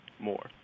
more